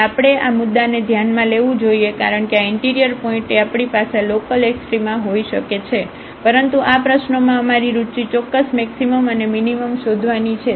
તેથી આપણે આ મુદ્દાને ધ્યાનમાં લેવું જોઈએ કારણ કે આ ઇન્ટિરિયર પોઇન્ટએ આપણી પાસે લોકલએક્સ્ટ્રામા હોઈ શકે છે પરંતુ આ પ્રશ્નોમાં અમારી રુચિ ચોક્કસ મેક્સિમમ અને મીનીમમ શોધવા ની છે